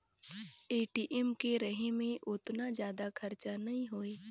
ATM के रहें मे ओतना जादा खरचा नइ होए